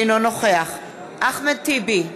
אינו נוכח אחמד טיבי,